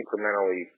incrementally